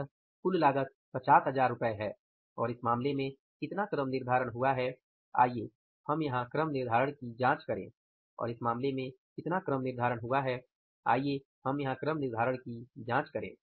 तो कुल लागत 50000 रु है और इस मामले में कितना क्रम निर्धारण हुआ है आइए हम यहां क्रम निर्धारण की जांच करें